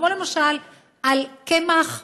כמו למשל על קמח מלא,